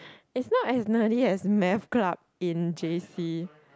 it's not as nutty as math club in j_c